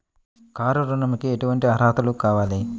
Car ఋణంకి ఎటువంటి అర్హతలు కావాలి?